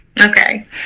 Okay